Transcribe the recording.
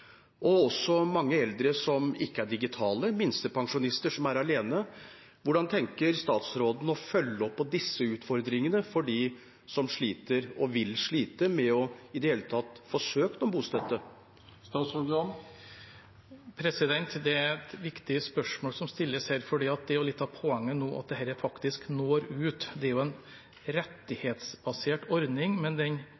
også mange eldre som ikke er digitale – minstepensjonister som er alene. Hvordan tenker statsråden å følge opp disse utfordringene for dem som sliter, og som vil slite med i det hele tatt å få søkt om bostøtte? Det er viktige spørsmål som stilles her, for litt av poenget nå er at dette faktisk når ut. Det er en